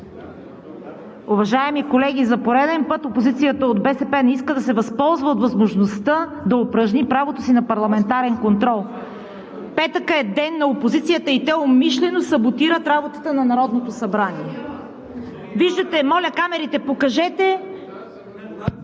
Уважаеми колеги, за пореден път опозицията от БСП не иска да се възползва от възможността да упражни правото си на парламентарен контрол. Петък е ден на опозицията и те умишлено саботират работата на Народното събрание. Моля, камерите, покажете…